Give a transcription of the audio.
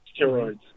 steroids